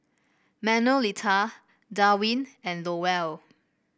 Manuelita Darwin and Lowell